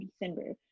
December